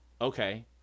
okay